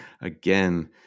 Again